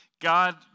God